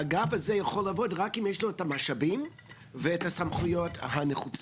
האגף הזה יכול לעבוד רק אם יש לו את המשאבים ואת הסמכויות הנחוצות.